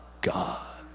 God